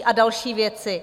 A další věci.